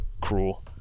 cruel